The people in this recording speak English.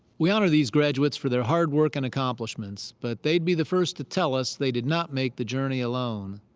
we honor these graduates for their hard work and accomplishments. but they'd be the first to tell us they did not make the journey alone.